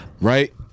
Right